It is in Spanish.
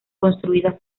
construida